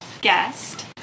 guest